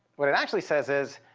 what it actually says is,